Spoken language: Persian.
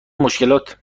مشکلات